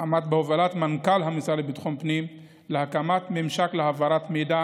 עבודת מטה בהובלת מנכ"ל המשרד לביטחון פנים להקמת ממשק להעברת מידע